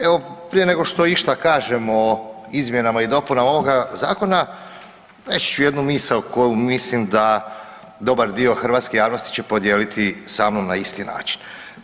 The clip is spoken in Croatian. Evo prije nego što išta kažem o izmjenama i dopunama ovoga zakona reći ću jednu misao koju mislim da dobar dio hrvatske javnosti će podijeliti sa mnom na isti način.